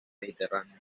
mediterráneo